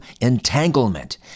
entanglement